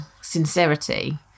sincerity